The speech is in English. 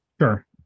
Sure